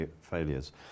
failures